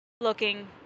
looking